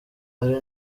ari